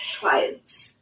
clients